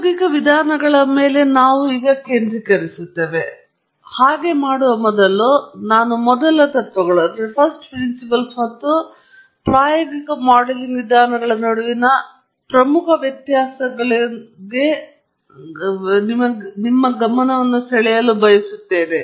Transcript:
ಮತ್ತು ಉಪನ್ಯಾಸದ ಉಳಿದ ಭಾಗಗಳಿಗೆ ಪ್ರಾಯೋಗಿಕ ವಿಧಾನಗಳ ಮೇಲೆ ನಾವು ಕೇಂದ್ರೀಕರಿಸುತ್ತೇವೆ ಆದರೆ ಹಾಗೆ ಮಾಡುವ ಮೊದಲು ನಾನು ಮೊದಲ ತತ್ವಗಳು ಮತ್ತು ಪ್ರಾಯೋಗಿಕ ಮಾಡೆಲಿಂಗ್ ವಿಧಾನಗಳ ನಡುವಿನ ಕೆಲವು ಪ್ರಮುಖ ವ್ಯತ್ಯಾಸಗಳಿಗೆ ನಿಮ್ಮ ಗಮನವನ್ನು ಸೆಳೆಯಲು ಬಯಸುತ್ತೇನೆ